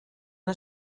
una